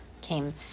came